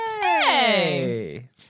Hey